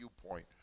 viewpoint